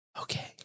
okay